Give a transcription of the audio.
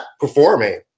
performing